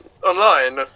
Online